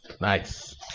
Nice